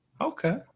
Okay